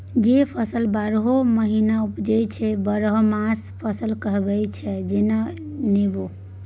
जे फसल बारहो महीना उपजै छै बरहमासा फसल कहाबै छै जेना नेबो